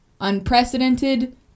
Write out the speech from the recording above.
unprecedented